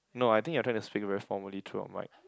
no I think I try to speak very formally throughout my